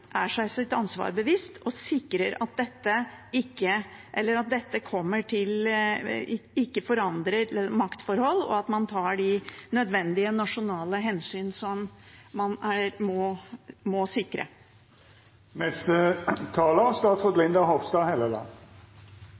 er seg sitt ansvar bevisst og sørger for at dette ikke forandrer maktforhold, og at man tar de nødvendige nasjonale hensyn, som man må sikre. Programmet for et digitalt Europa, DIGITAL, er